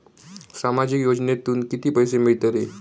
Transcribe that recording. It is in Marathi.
सामाजिक योजनेतून किती पैसे मिळतले?